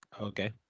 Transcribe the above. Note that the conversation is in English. Okay